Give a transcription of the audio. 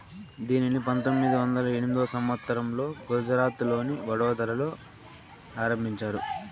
దీనిని పంతొమ్మిది వందల ఎనిమిదో సంవచ్చరంలో గుజరాత్లోని వడోదరలో ఆరంభించారు